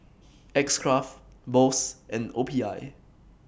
X Craft Bose and O P I